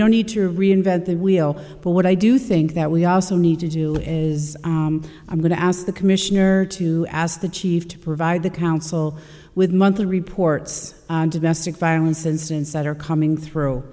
don't need to reinvent the wheel but what i do think that we also need to do is i'm going to ask the commissioner to ask the chief to provide the council with monthly reports violence incidents that are coming through